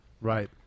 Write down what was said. Right